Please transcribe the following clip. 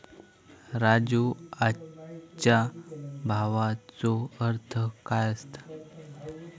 राजू, आजच्या भावाचो अर्थ काय असता?